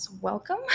welcome